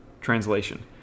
translation